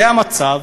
זה המצב.